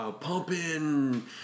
pumping